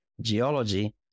geology